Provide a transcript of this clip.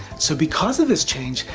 so because of this change,